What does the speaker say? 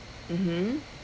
mmhmm